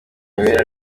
wera